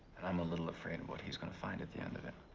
i am a little afraid of what he's gonna find at the end of it.